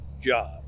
job